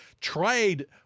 Trade